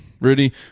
Rudy